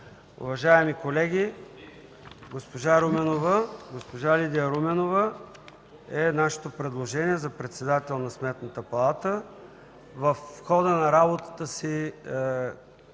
Уважаеми колеги, госпожа Лидия Руменова е нашето предложение за председател на Сметната палата. В хода на работата си